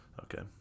Okay